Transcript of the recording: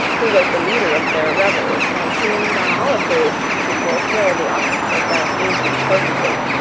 who was the leader of their revels, and seemed on all occasions to fulfil the office of that ancient potentate,